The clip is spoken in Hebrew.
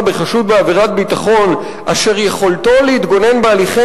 בחשוד בעבירת ביטחון אשר יכולתו להתגונן בהליכי